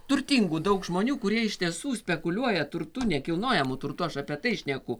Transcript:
turtingų daug žmonių kurie iš tiesų spekuliuoja turtu nekilnojamu turtu aš apie tai šneku